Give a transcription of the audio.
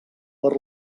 per